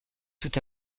tout